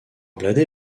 blindé